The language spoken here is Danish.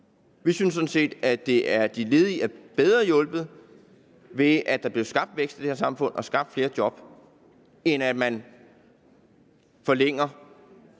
Vi synes sådan set, at de ledige er bedre hjulpet, ved at der bliver skabt vækst i det her samfund og skabt flere job, end ved at man forlænger